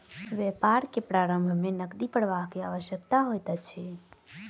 व्यापार के प्रारम्भ में नकदी प्रवाह के आवश्यकता होइत अछि